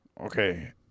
Okay